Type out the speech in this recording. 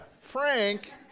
Frank